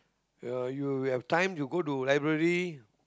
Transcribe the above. ya you have time you go to library